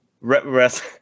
Rest